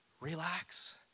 relax